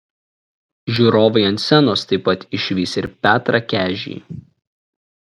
žiūrovai ant scenos taip pat išvys ir petrą kežį